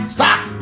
Stop